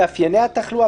מאפייני התחלואה,